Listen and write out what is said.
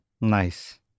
Nice